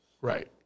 Right